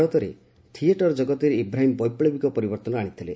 ଭାରତରେ ଥିଏଟର୍ କଗତରେ ଇବ୍ରାହିମ୍ ବୈପ୍ଳବିକ ପରିବର୍ତ୍ତନ ଆଶିଥିଲେ